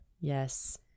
Yes